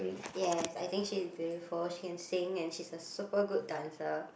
yes I think she is beautiful she can sing and she's a super good dancer